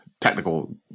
technical